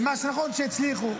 ומה שנכון: הצליחו.